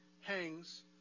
hangs